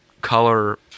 color